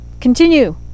Continue